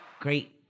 great